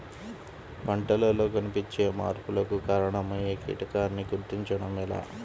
పంటలలో కనిపించే మార్పులకు కారణమయ్యే కీటకాన్ని గుర్తుంచటం ఎలా?